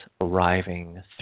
arriving